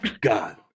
God